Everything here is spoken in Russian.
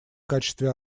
качестве